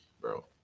bro